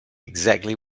exactly